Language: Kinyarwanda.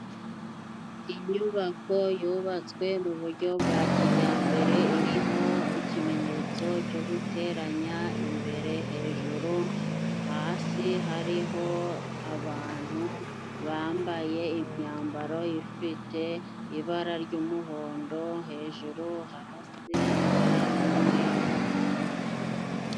Inyubako yubatswe mu buryo bwa kijyambere iriho ikimenyetso cyo guteranya imbere hejuru, hasi hariho abantu bambaye imyambaro ifite ibara ry'umuhondo hejuru hasi ibara ry'umweru.